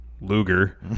Luger